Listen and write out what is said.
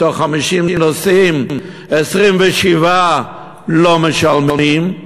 מתוך 50 נוסעים 27 לא משלמים,